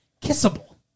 Kissable